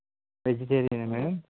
వెజిటేరియనా madam